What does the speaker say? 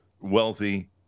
wealthy